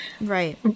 right